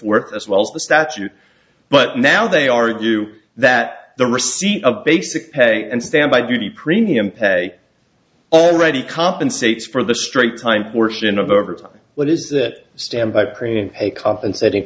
forth as well as the statute but now they argue that the receipt of basic pay and standby duty premium pay already compensates for the straight time portion of overtime but is that stand by creating a compensating